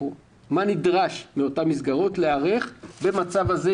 למה נדרש מאותן מסגרות להיערך במצב הזה.